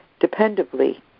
dependably